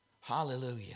Hallelujah